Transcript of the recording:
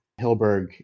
Hilberg